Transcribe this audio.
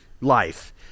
life